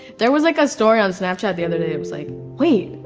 there was like, a story on snapchat the other day. i was like, wait,